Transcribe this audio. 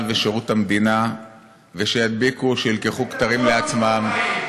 ושירות המדינה ושידביקו או שייקחו כתרים לעצמם.